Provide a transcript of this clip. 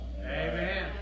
Amen